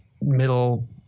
middle